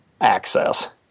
access